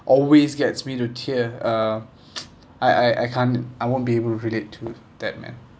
always gets me to tear uh I I can't I won't be able to relate to that man